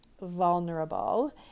vulnerable